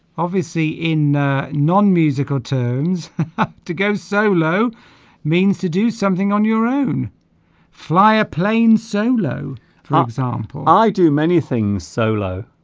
obviously in non musical tones to go solo means to do something on your own fly a plane solo for ah example i do many things solo